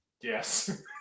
yes